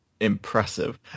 impressive